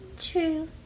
True